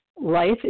life